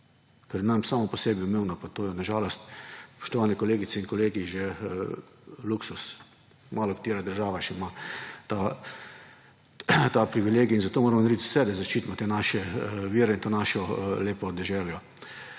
je nam samo po sebi umevno pa to je na žalost, spoštovane kolegice in kolegi, že luksuz. Malo katera država ima ta privilegij in zato moram narediti vse, da zaščitimo te naše vire in to našo lepo deželo.